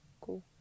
cool